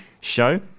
show